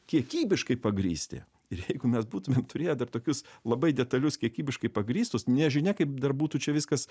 kiekybiškai pagrįsti ir jeigu mes būtumėm turėję dar tokius labai detalius kiekybiškai pagrįstus nežinia kaip dar būtų čia viskas